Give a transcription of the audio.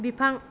बिफां